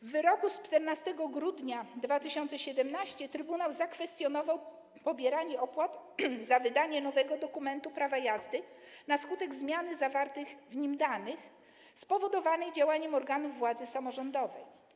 W wyroku z 14 grudnia 2017 r. trybunał zakwestionował pobieranie opłat za wydanie nowego dokumentu prawa jazdy na skutek zmiany zawartych w nim danych, spowodowanej działaniem organów władzy samorządowej.